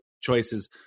choices